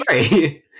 Sorry